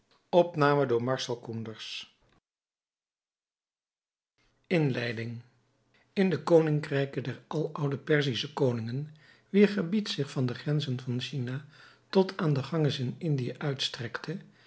inleiding in de kronijken der aloude perzische koningen wier gebied zich van de grenzen van china tot aan den ganges in indië uitstrekte